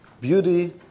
beauty